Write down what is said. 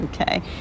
okay